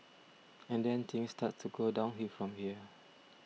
and then things start to go downhill from here